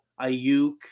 Ayuk